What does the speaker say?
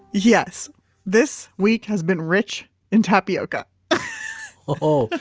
yes this week has been rich in tapioca oh,